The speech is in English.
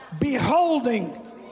beholding